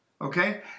Okay